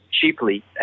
cheaply